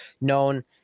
known